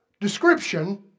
description